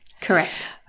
Correct